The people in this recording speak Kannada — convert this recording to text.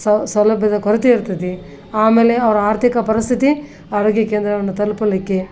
ಸೌ ಸೌಲಭ್ಯದ ಕೊರತೆ ಇರ್ತೈತಿ ಆಮೇಲೆ ಅವರ ಆರ್ಥಿಕ ಪರಿಸ್ಥಿತಿ ಆರೋಗ್ಯ ಕೇಂದ್ರವನ್ನು ತಲುಪಲಿಕ್ಕೆ